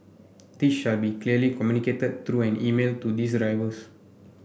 this shall be clearly communicated through an email to these drivers